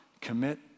commit